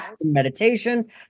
meditation